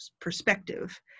perspective